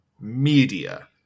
media